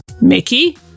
Mickey